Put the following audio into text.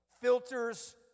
filters